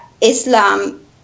Islam